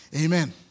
Amen